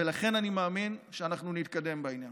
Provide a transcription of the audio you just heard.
ולכן אני מאמין שאנחנו נתקדם בעניין.